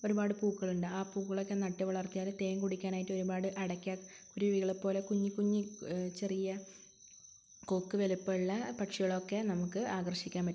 ഒരുപാട് പൂക്കളുണ്ട് ആ പൂക്കളൊക്കെ നട്ടുവളർത്തിയാല് തേൻ കുടിക്കാനായിട്ട് ഒരുപാട് അടയ്ക്കാ കുരുവികളെപ്പോലെ കുഞ്ഞി കുഞ്ഞി ചെറിയ കൊക്ക് വലിപ്പമുള്ള പക്ഷികളെയൊക്കെ നമുക്ക് ആകർഷിക്കാൻ പറ്റും